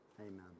amen